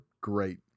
great